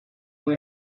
una